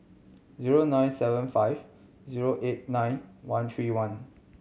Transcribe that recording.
zero nine seven five zero eight nine one three one